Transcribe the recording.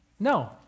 No